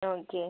okay